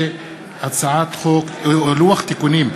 ולוח תיקונים,